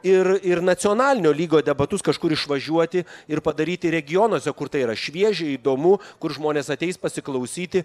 ir ir nacionalinio lygio debatus kažkur išvažiuoti ir padaryti regionuose kur tai yra šviežia įdomu kur žmonės ateis pasiklausyti